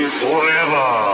forever